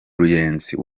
ruyenzi